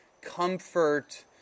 comfort